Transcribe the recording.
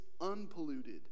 unpolluted